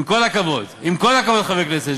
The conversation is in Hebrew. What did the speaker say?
עם כל הכבוד, עם כל הכבוד לחברי הכנסת.